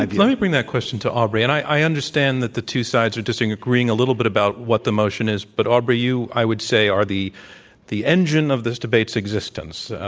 like let me bring that question to aubrey. and i i understand that the two sides are disagreeing a little bit about what the motion is. but aubrey, you, i would say, are the the engine of this debate's existenc so